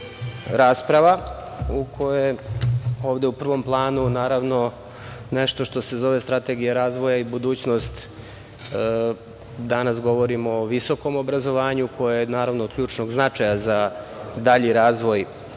u kojoj je ovde na prvom planu nešto što se zove Strategija razvoja i budućnost. Danas govorimo o visokom obrazovanju, koje je, naravno, od ključnog značaja za dalji razvoj